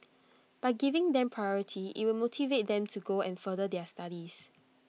by giving them priority IT will motivate them to go and further their studies